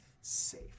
safe